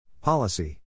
Policy